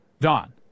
Don